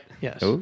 Yes